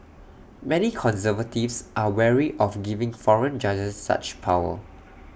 many conservatives are wary of giving foreign judges such power